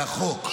זה החוק.